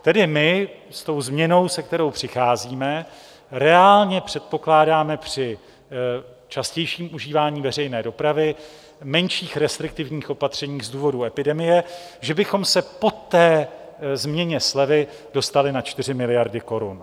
Tedy my s tou změnou, se kterou přicházíme, reálně předpokládáme při častějším užívání veřejné dopravy, menších restriktivních opatření z důvodu epidemie, že bychom se po té změně slevy dostali na 4 miliardy korun.